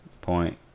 point